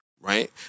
right